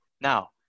Now